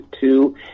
two